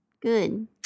Good